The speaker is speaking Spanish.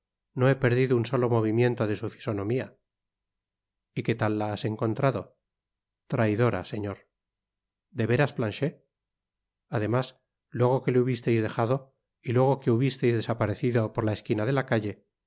no he perdido un solo movimiento de su fisonomía y qué tal la has encontrado traidora señor de veras planchet además luego que le hubisteis dejado y luego que hubisteis desaparecido por la esquina de la calle